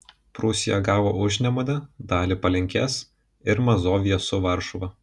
prūsija gavo užnemunę dalį palenkės ir mazoviją su varšuva